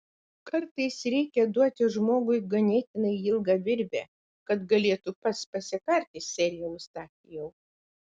kartais reikia duoti žmogui ganėtinai ilgą virvę kad galėtų pats pasikarti sere eustachijau